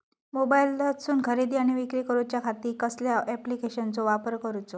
मोबाईलातसून खरेदी आणि विक्री करूच्या खाती कसल्या ॲप्लिकेशनाचो वापर करूचो?